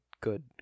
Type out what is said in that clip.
good